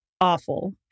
awful